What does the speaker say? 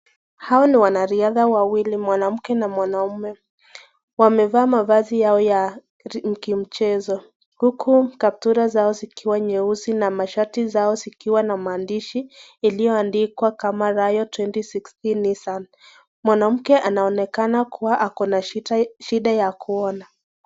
Hao ni wanariadha wawili, mwanamke na mwanaume, wamevaa mavazi yao ya kimchezo huku kaptura zao zikiwa nyeusi na mshati zao zikiwa na maandishi iliyoandikwa Rio 2016 Nissan, mwanamke anaonekana kuwa ako na shida ya kuona.